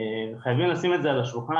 חייבים לשים את זה על השולחן.